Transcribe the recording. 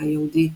"היהודי",